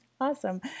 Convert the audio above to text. Awesome